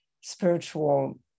spiritual